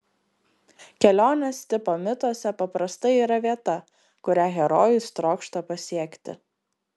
kelionės tipo mituose paprastai yra vieta kurią herojus trokšta pasiekti